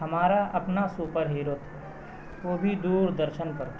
ہمارا اپنا super hero تھا وہ بھی دور درشن پر تھا